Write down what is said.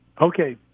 Okay